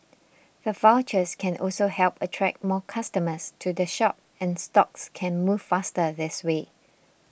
the vouchers can also help attract more customers to the shop and stocks can move faster this way